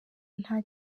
nta